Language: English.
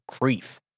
grief